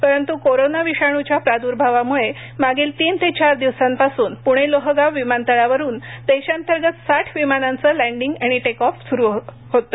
परंतू कोरोना विषाणूच्या प्रादुर्भावामुळे मागील तीन ते चार दिवसांपासून पुणे लोहगाव विमानतळावरून देशांतर्गत साठ विमानांचे लँन्डीग आणि टेकऑफ होत होतं